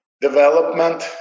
development